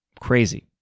Crazy